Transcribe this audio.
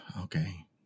okay